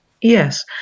Yes